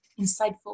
insightful